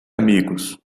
amigos